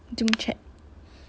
zoom chat